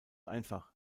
einfach